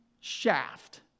shaft